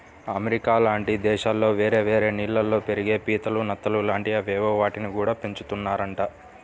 America లాంటి దేశాల్లో వేరే వేరే నీళ్ళల్లో పెరిగే పీతలు, నత్తలు లాంటి అవేవో వాటిని గూడా పెంచుతున్నారంట